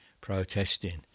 protesting